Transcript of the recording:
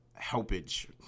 helpage